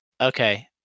okay